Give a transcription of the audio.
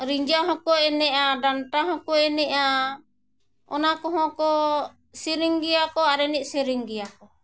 ᱨᱤᱸᱡᱷᱟ ᱦᱚᱸᱠᱚ ᱮᱱᱮᱡᱼᱟ ᱰᱟᱱᱴᱟ ᱦᱚᱸᱠᱚ ᱮᱱᱮᱡᱼᱟ ᱚᱱᱟ ᱠᱚᱦᱚᱸ ᱠᱚ ᱥᱮᱨᱮᱧ ᱜᱮᱭᱟ ᱠᱚ ᱟᱨ ᱮᱱᱮᱡ ᱥᱮᱨᱮᱧ ᱜᱮᱭᱟ ᱠᱚ